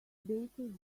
baker